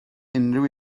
unrhyw